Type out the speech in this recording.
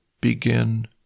begin